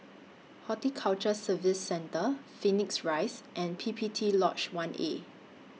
Horticulture Services Centre Phoenix Rise and P P T Lodge one A